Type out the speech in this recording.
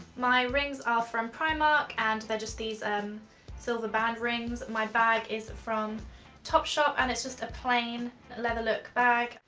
my rings are ah from primark and they're just these um silver band rings. my bag is from topshop and it's just a plain leather look bag.